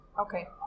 Okay